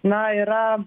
na yra